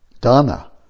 Dana